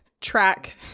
track